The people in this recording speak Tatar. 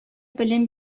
белем